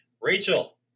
Rachel